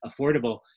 affordable